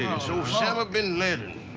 it's osama bin laden.